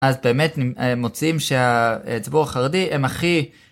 אז באמת מוצאים שהציבור החרדי הם הכי...